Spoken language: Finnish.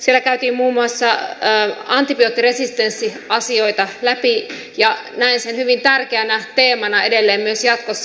siellä käytiin muun muassa antibioottiresistenssiasioita läpi ja näen sen hyvin tärkeänä teemana edelleen myös jatkossa